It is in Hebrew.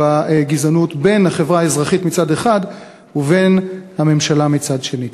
ממשק בין החברה האזרחית מצד אחד ובין הממשלה מצד שני,